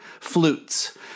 flutes